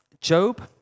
Job